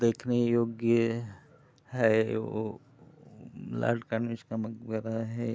देखने योग्य है वो लार्ड कानविश का मकबरा है